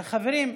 חברים,